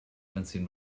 benzin